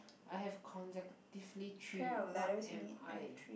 I have consecutively three what am I